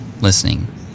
listening